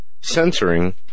censoring